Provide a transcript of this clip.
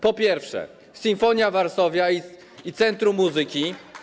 Po pierwsze, Sinfonia Varsovia i centrum muzyki.